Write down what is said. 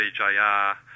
BJR